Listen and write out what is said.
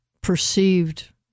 perceived